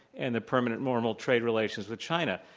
and the permanent normal trade relations with china.